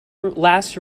last